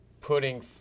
putting